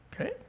Okay